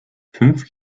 fünf